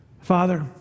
Father